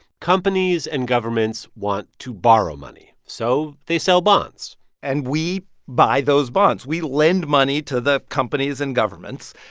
companies and governments want to borrow money, so they sell bonds and we buy those bonds. we lend money to the companies and governments,